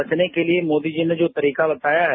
बचने के लिए मोदी जी ने जो तरीका बताया है